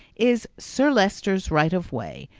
is sir leicester's right of way,